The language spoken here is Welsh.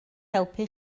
helpu